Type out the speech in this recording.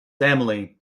family